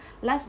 last